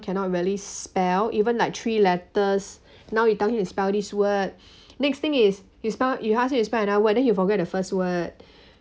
cannot really spell even like three letters now you tell him to spell this word next thing is he spell you ask him to spell another word then he'll forget the first word